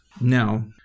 Now